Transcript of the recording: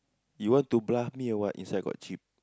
you want to bluff me or what inside got chip